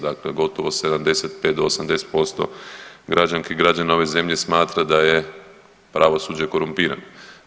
Dakle, gotovo 75 do 80% građanki i građana ove zemlje smatra da je pravosuđe korumpirano.